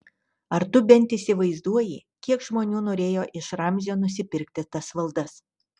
ar tu bent įsivaizduoji kiek žmonių norėjo iš ramzio nusipirkti tas valdas